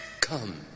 Come